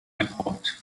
airport